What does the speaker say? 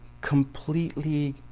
completely